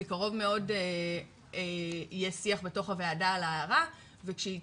בקרוב מאוד יהיה שיח בתוך הוועדה על ההערה וכשהיא